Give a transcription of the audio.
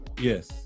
Yes